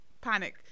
panic